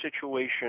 situation